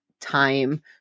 time